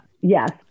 Yes